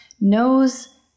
knows